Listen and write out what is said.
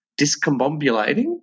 discombobulating